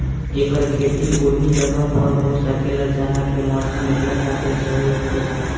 एकर खेती ओहि जगह पर हो सकेला जहा के मौसम एकरा खातिर सही होखे